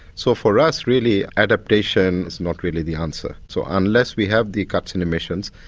so for us, really, adaptation is not really the answer. so unless we have the cuts in emissions,